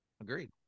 agreed